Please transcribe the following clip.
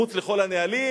מחוץ לכל הנהלים,